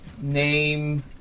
Name